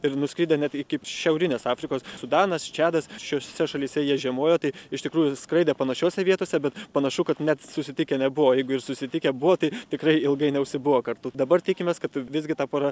ir nuskridę net iki šiaurinės afrikos sudanas čadas šiose šalyse jie žiemojo tai iš tikrųjų skraidė panašiose vietose bet panašu kad net susitikę nebuvo jeigu ir susitikę buvo tai tikrai ilgai neužsibuvo kartu dabar tikimės kad visgi ta pora